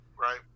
Right